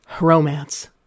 Romance